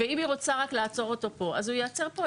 אם היא רוצה לעצור אותו כאן, הוא ייעצר כאן.